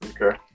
Okay